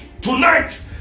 Tonight